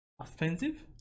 Offensive